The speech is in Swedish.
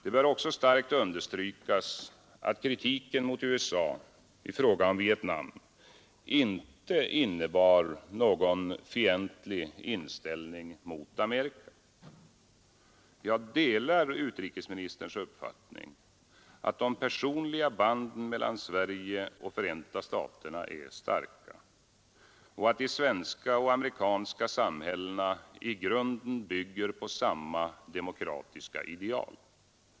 Det bör också starkt understrykas, att kritiken mot USA i fråga om Vietnam inte innebär någon fientlig inställning mot Amerika. Jag delar utrikesministerns uppfattning att de personliga banden mellan Sverige och Förenta staterna är starka och att de svenska och amerikanska samhällena i grunden bygger på samma demokratiska ideal.